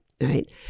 Right